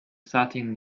starting